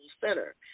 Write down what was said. Center